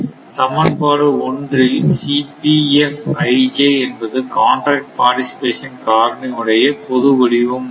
சமன்பாடு ஒன்றில் என்பது காண்ட்ராக்ட் பார்டிசிபேஷன் காரணி உடைய பொது வடிவமாகும்